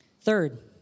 Third